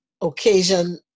occasion